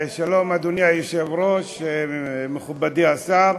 אדוני היושב-ראש, שלום, מכובדי השר,